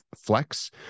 flex